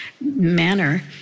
manner